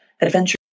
Adventure